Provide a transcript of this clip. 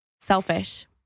selfish